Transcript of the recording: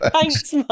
Thanks